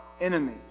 enemy